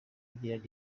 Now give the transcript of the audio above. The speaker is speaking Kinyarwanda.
kugirana